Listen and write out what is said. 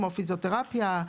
כמו פיזיותרפיה,